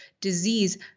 disease